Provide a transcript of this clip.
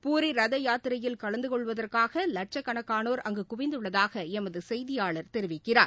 பூரி ரத யாத்திரையில் கலந்து கொள்வதற்காக லட்சக்கணக்கானோா் அங்கு குவிந்துள்ளதாக எமது செய்தியாளர் தெரிவிக்கிறார்